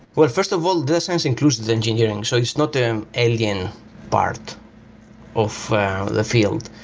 but first of all, data science includes the engineering. so it's not an alien part of the field.